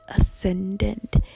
ascendant